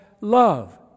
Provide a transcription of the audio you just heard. love